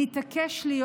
להתעקש להיות,